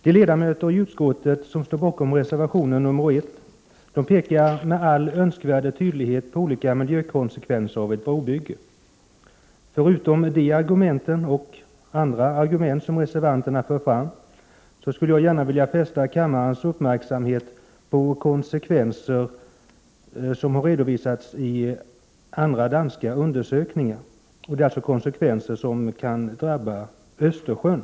De ledamöter i utskottet som står bakom reservation 1 pekar med all önskvärd tydlighet på olika miljökonsekvenser av ett brobygge. Förutom dessa och andra argument som reservanterna för fram, vill jag gärna fästa kammarens uppmärksamhet på de konsekvenser som har redovisats i danska undersökningar, dvs. konsekvenser som kan drabba Östersjön.